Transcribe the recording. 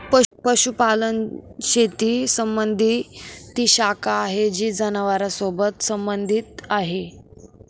पशुपालन शेती संबंधी ती शाखा आहे जी जनावरांसोबत संबंधित आहे